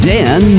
Dan